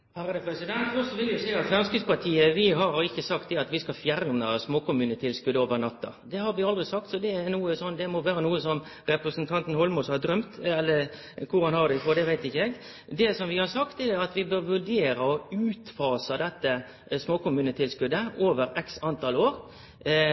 vil eg seie at Framstegspartiet har ikkje sagt at vi skal fjerne småkommunetilskotet over natta. Det har vi aldri sagt, så det må vere noko som representanten Holmås har drøymt. Kvar han har det frå, veit ikkje eg. Det som vi har sagt, er at vi bør vurdere å utfase dette småkommunetilskotet